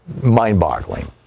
mind-boggling